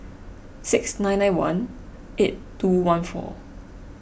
six nine nine one eight two one four